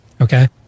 Okay